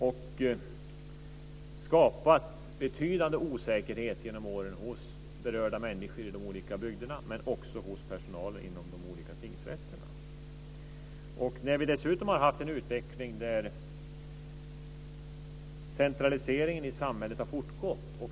Det har skapat betydande osäkerhet genom åren hos berörda människor i de olika bygderna men också hos personalen vid de olika tingsrätterna. Dessutom har centraliseringen i samhället fortgått.